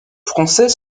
français